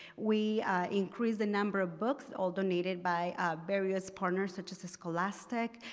we increase the number of books all donated by various partners such as scholastic.